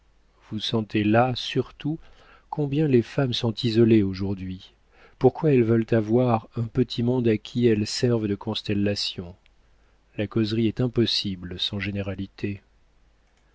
vous sentez là surtout combien les femmes sont isolées aujourd'hui pourquoi elles veulent avoir un petit monde à qui elles servent de constellation la causerie est impossible sans généralités